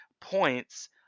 points